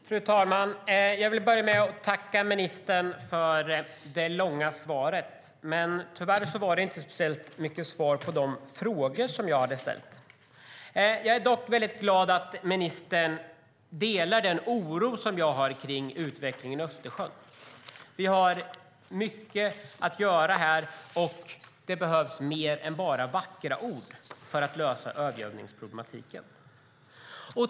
Fru talman! Jag vill börja med att tacka ministern för det långa svaret, men tyvärr var det inte speciellt mycket svar på de frågor jag hade ställt. Jag är dock glad att ministern delar min oro över utvecklingen i Östersjön. Det finns mycket att göra, och det behövs mer än bara vackra ord för att lösa övergödningsproblemen.